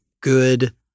good